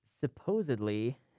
supposedly